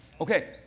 okay